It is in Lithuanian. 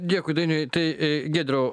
dėkui dainiui tai giedriau